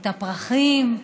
את הפרחים.